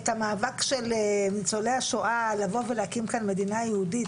את המאבק של ניצולי השואה לבוא ולהקים כאן מדינה יהודית,